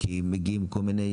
כי מגיעים כל מיני